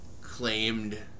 claimed